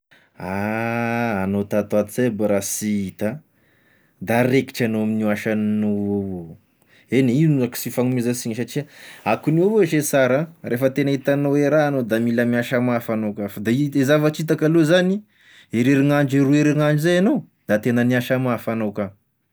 Ah, anao tato ho ato zao zay ba raha sy hita, da rekitry anao amin'io asanao io avao, eny io gne ka sy hifanomezansiny satria akign'io ohatry sara, rehefa hitanao hoe raha anao da mila miasa mafy anao ka f'da ny zavatra hitako aloha zany heriherinandro e roy heriherinandro zay enao da tena niasa mafy anao ka.